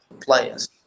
players